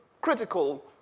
critical